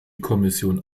kommission